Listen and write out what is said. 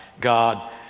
God